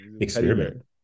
experiment